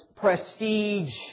prestige